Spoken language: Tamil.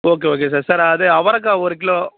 ஓகே ஓகே சார் சார் அது அவரைக்கா ஒரு கிலோ